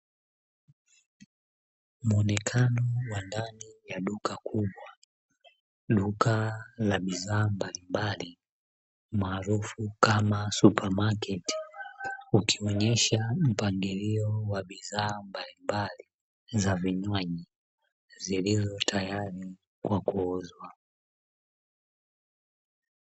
Muonekano wa ndani ya duka kubwa, duka la bidhaa mbalimbali maarufu kama supermarket ikionyesha mpangilio wa bidhaa mbalimbali za vinywaji zilizo tayari kwa kuuzwa.